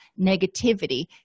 negativity